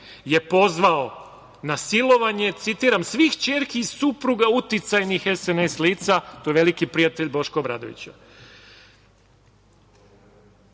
je pozvao na silovanje, citiram, svih ćerki i supruga uticajnih SNS lica. To je veliki prijatelj Boška